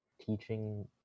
teaching